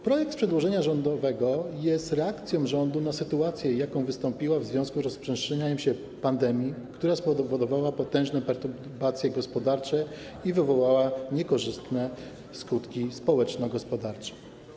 Projekt z przedłożenia rządowego jest reakcją rządu na sytuację, jaka wystąpiła w zawiązku z rozprzestrzenianiem się pandemii, która spowodowała potężne perturbacje gospodarcze i wywołała niekorzystne skutki społeczno-gospodarcze.